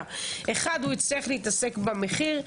ראשית, הוא יצטרך להתעסק במחיר.